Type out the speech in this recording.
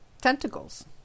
tentacles